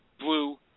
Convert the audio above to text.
Blue